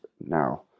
now